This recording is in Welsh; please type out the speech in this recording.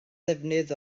ddefnydd